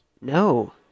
No